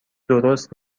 درست